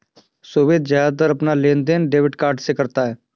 सोभित ज्यादातर अपना लेनदेन डेबिट कार्ड से ही करता है